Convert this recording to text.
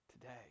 today